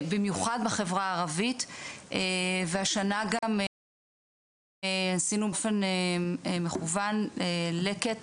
במיוחד בחברה הערבית והשנה גם עשינו באופן מכוון לקט